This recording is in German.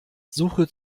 suche